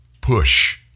Push